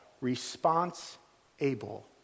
response-able